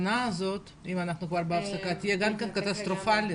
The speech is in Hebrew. השנה הזאת תהיה קטסטרופלית.